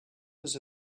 was